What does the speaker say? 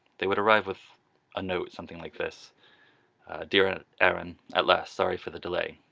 they would arrive with a note something like this dear and aaron, at last! sorry for the delay.